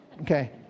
okay